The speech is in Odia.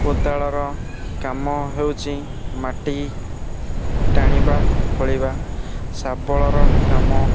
କୋଦାଳର କାମ ହେଉଛି ମାଟି ଟାଣିବା ଖୋଳିବା ଶାବଳର କାମ